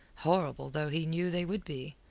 horrible though he knew they would be.